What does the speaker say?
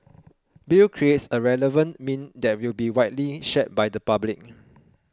Bill creates a relevant meme that will be widely shared by the public